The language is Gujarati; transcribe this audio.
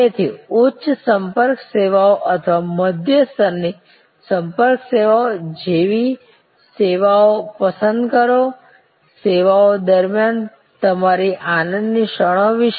તેથી ઉચ્ચ સંપર્ક સેવાઓ અથવા મધ્યમ સ્તરની સંપર્ક સેવાઓ જેવી સેવાઓ પસંદ કરો સેવાઓ દરમિયાન તમારી આનંદની ક્ષણો વિશે